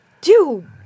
dude